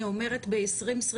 אומרת ב-2022,